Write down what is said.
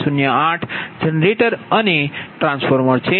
08 generator અને transformer છે